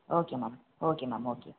okay ma'am okay ma'am okay